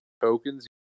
tokens